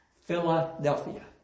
Philadelphia